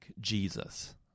Jesus